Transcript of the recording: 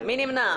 מי נמנע?